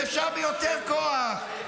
ואפשר ביותר כוח,